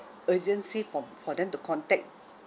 urgency for for them to contact